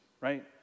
right